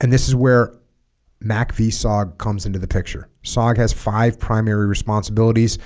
and this is where mack vsog comes into the picture sog has five primary responsibilities